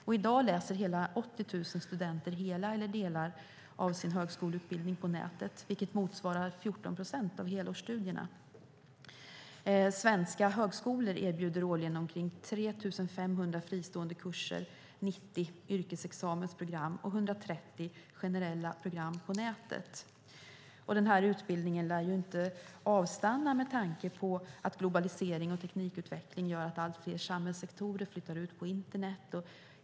I dag läser hela 80 000 studenter hela eller delar av sin högskoleutbildning på nätet, vilket motsvarar 14 procent av helårsstudierna. Svenska högskolor erbjuder årligen omkring 3 500 fristående kurser, 90 yrkesexamensprogram och 130 generella program på nätet. Den utbildningen lär inte avstanna med tanke på att globalisering och teknikutveckling gör att allt fler samhällssektorer flyttar ut på internet.